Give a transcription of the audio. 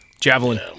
Javelin